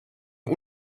den